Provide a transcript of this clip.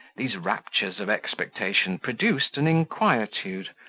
these raptures of expectation produced an inquietude,